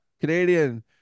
canadian